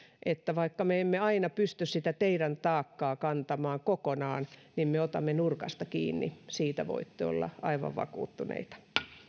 vaikka me emme aina pysty sitä teidän taakkaanne kantamaan kokonaan niin me otamme nurkasta kiinni siitä voitte olla aivan vakuuttuneita